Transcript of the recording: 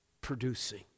producing